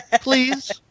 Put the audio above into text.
Please